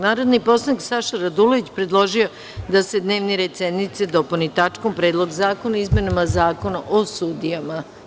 Narodni poslanik Saša Radulović predložio je da se dnevni red sednice dopuni tačkom Predlog zakona o izmenama Zakona o sudijama.